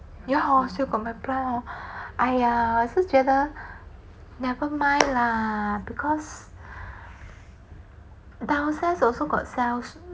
ya hor still got my plant hor !aiya! 是觉得 nevermind lah because downstairs also got sell